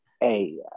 hey